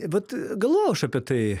vat galvojau aš apie tai